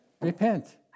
Repent